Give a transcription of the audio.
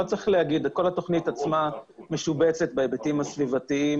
כל התכנית עצמה משובצת בהיבטים הסביבתיים